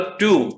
two